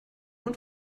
und